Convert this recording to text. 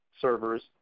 servers